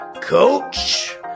Coach